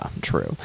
true